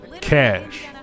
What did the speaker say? Cash